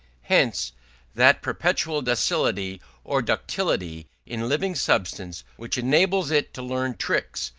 hence that perpetual docility or ductility in living substance which enables it to learn tricks,